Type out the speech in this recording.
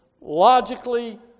logically